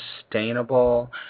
sustainable